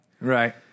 Right